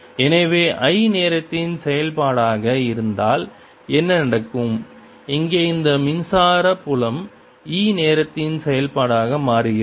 எனவே I நேரத்தின் செயல்பாடாக இருந்தால் என்ன நடக்கும் இங்கே இந்த மின்சார புலம் E நேரத்தின் செயல்பாடாக மாறுகிறது